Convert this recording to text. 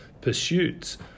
pursuits